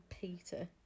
Peter